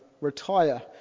retire